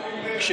כבר אמצע הצבעה?